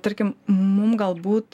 tarkim mum galbūt